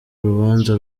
urubanza